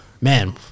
man